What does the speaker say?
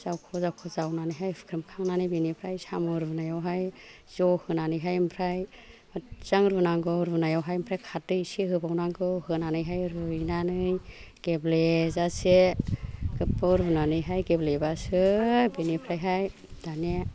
जावखो जावखो जावनानैहाय हुख्रेमनानै बेनिफ्राय साम' रुनायावहाय ज' होनानैहाय ओमफ्राय मोजां रुनांगौ रुनायावहाय ओमफ्राय खारदै इसे होबावनांगौ होनानैहाय रुइनानै गेब्ले जासे गोबाव रुनानैहाय गेब्लेबासो बेनिफ्रायहाय दाने